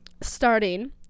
starting